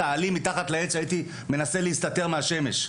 את העלים כשהייתי מנסה להסתתר מהשמש.